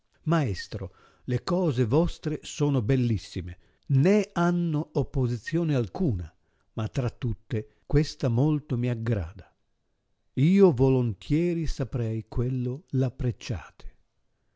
maestro le cose vostre sono bellissime nò hanno opposizione alcuna ma tra tutte questa molto mi aggrada io volontieri saprei quello l appreciato